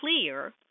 clear